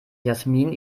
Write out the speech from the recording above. jasmin